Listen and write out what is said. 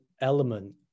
element